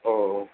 ஓ ஓ